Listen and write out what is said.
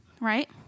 right